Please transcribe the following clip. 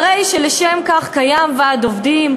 הרי לשם כך קיים ועד עובדים,